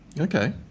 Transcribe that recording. Okay